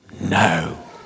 No